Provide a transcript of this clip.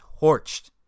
torched